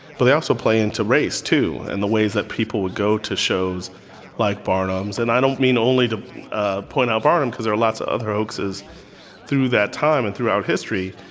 but they also play into race, too, and the ways that people would go to shows like barnum's. and i don't mean only to ah point out barnum cause there are lots of other hoaxes through that time and throughout history,